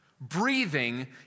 Breathing